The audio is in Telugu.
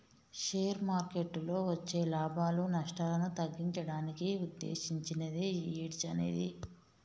షేర్ మార్కెట్టులో వచ్చే లాభాలు, నష్టాలను తగ్గించడానికి వుద్దేశించినదే యీ హెడ్జ్ అనేది